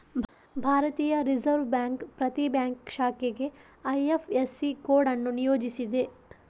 ಭಾರತೀಯ reserve bank ಪ್ರತಿ bank ಶಾಖೆಗೆ ಐ.ಎಫ್.ಎಸ್.ಸಿ ಕೋಡ್ ಅನ್ನು ನಿಯೋಜಿಸಿದೆ